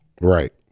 Right